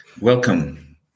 Welcome